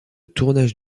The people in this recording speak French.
tournage